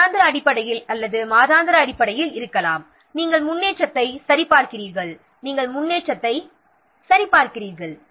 வாராந்திர அடிப்படையில் அல்லது மாதாந்திர அடிப்படையில் இருக்கலாம் நாம் முன்னேற்றத்தை சரிபார்க்கிரோம்